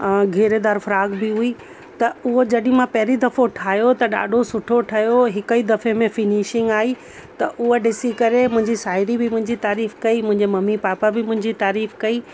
घेरेदार frock बि हुई त उहो जॾहिं मां पहिरीं दफ़ो ठाहियो त ॾाढो सुठो ठहियो हिक ई दफ़े में फिनिशिंग आई त उहा ॾिसी करे मुंहिंजी साहेड़ी बि मुंहिंजी तारीफ़ कई मुंहिंजे मम्मी पापा बि मुंहिंजी तारीफ़ कई